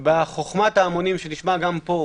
בחוכמת ההמונים שנשמע פה,